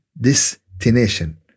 destination